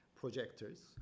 projectors